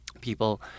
people